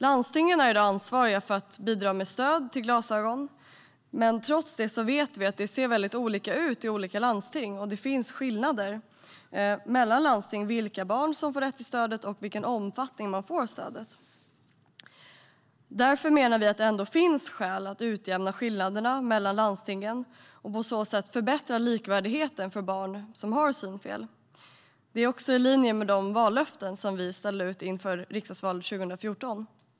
Landstingen är i dag ansvariga för att bistå med stöd till glasögon. Trots det ser det väldigt olika ut i olika landsting, och det finns skillnader mellan landstingen i fråga om vilka barn som får rätt till stödet och i vilken omfattning de får stödet. Därför menar vi att det ändå finns skäl att utjämna skillnaderna mellan landstingen och på så sätt förbättra likvärdigheten för barn med synfel. Det är också i linje med de vallöften vi utställde inför riksdagsvalet 2014.